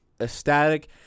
ecstatic